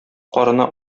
карыны